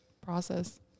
process